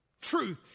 Truth